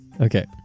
okay